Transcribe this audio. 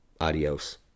adios